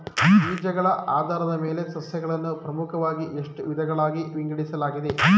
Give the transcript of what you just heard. ಬೀಜಗಳ ಆಧಾರದ ಮೇಲೆ ಸಸ್ಯಗಳನ್ನು ಪ್ರಮುಖವಾಗಿ ಎಷ್ಟು ವಿಧಗಳಾಗಿ ವಿಂಗಡಿಸಲಾಗಿದೆ?